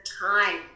time